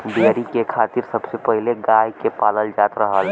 dairy के खातिर सबसे पहिले गाय के पालल जात रहल